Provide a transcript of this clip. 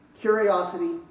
curiosity